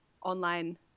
online